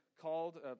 called